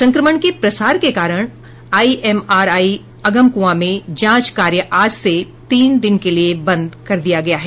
संक्रमण के प्रसार के कारण आरएमआरआई अगम कुआं में जांच कार्य आज से तीन दिन के लिए बंद कर दिया गया है